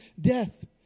death